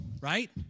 right